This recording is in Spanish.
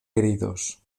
heridos